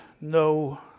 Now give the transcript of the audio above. no